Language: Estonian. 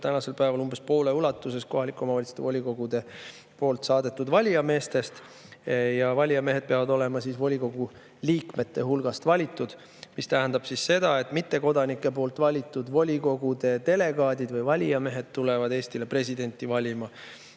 tänasel päeval umbes poole ulatuses kohalike omavalitsuste volikogude saadetud valijameestest. Valijamehed peavad olema volikogu liikmete hulgast valitud. See tähendab seda, et mittekodanike valitud volikogude delegaadid või valijamehed tulevad Eestile presidenti valima.